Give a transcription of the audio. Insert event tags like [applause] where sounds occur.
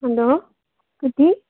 hello [unintelligible]